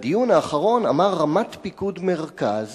בדיון האחרון אמר רמ"ט פיקוד מרכז